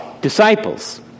Disciples